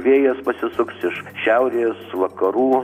vėjas pasisuks iš šiaurės vakarų